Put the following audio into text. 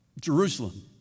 Jerusalem